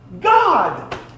god